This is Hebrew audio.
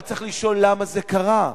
אבל צריך לשאול למה זה קרה.